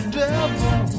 devil